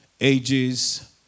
ages